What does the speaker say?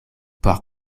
por